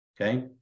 okay